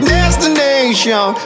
Destination